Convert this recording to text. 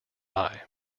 eye